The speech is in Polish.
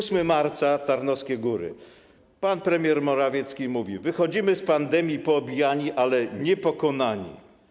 8 marca, Tarnowskie Góry, pan premier Morawiecki mówi: wychodzimy z pandemii poobijani, ale niepokonani.